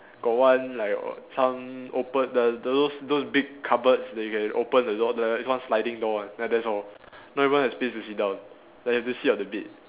got one like some open the those those big cupboards that you can open the door there's like one sliding door one ya that's all not even a space to sit down then you have to sit on the bed